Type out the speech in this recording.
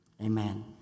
Amen